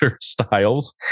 styles